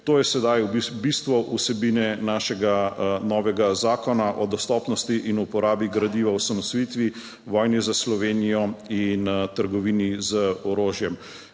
To je sedaj bistvo vsebine našega novega zakona o dostopnosti in uporabi gradiva o osamosvojitvi, vojni za Slovenijo in trgovini z orožjem.